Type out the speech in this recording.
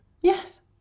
Yes